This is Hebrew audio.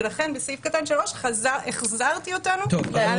ולכן בסעיף קטן (3) החזרתי אותנו לסעיף קטן (א1).